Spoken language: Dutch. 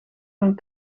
van